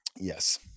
Yes